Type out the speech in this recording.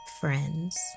Friends